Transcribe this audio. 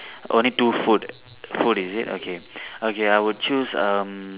only two food food is it okay okay I'll choose um